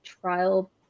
trial